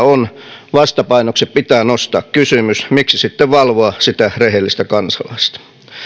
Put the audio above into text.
on vastapainoksi pitää nostaa kysymys miksi sitten valvoa sitä rehellistä kansalaista